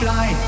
Fly